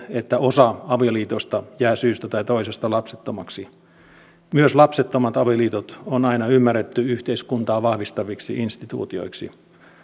että osa avioliitoista jää syystä tai toisesta lapsettomaksi myös lapsettomat avioliitot on aina ymmärretty yhteiskuntaa vahvistaviksi instituutioiksi